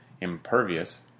impervious